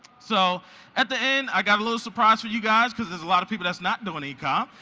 so at the end, i've got a little surprise for you guys cause there's a lot of people that's not doing ecomm,